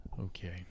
Okay